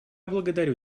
благодарю